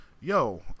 yo